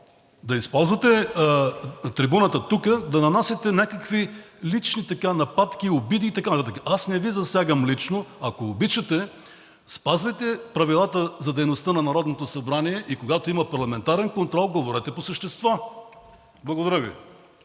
да използвате трибуната тук да нанасяте някакви лични нападки, обиди и така нататък. Аз не Ви засягам лично. Ако обичате, спазвайте правилата за дейността на Народното събрание и когато има парламентарен контрол, говорете по същество. Благодаря Ви.